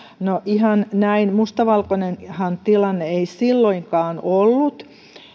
no ihan näin mustavalkoinenhan tilanne ei silloinkaan ollut